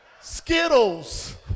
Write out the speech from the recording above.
Skittles